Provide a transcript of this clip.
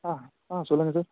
ஆ ஆ சொல்லுங்கள் சார்